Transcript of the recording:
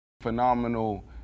phenomenal